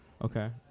Okay